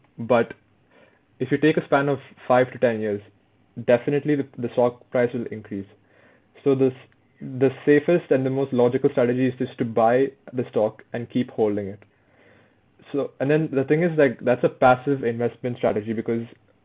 but if you take a span of five to ten years definitely the the stock price will increase so the s~ the safest and the most logical strategy is just to buy the stock and keep holding it so and then the thing is like that's a passive investment strategy because